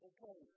Okay